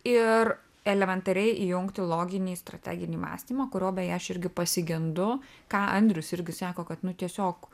ir elementariai įjungti loginį strateginį mąstymą kurio beje aš irgi pasigendu ką andrius irgi sako kad nu tiesiog